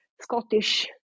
Scottish